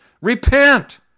repent